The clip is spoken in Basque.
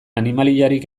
animaliarik